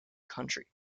country